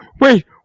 Wait